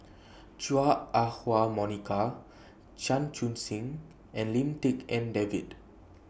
Chua Ah Huwa Monica Chan Chun Sing and Lim Tik En David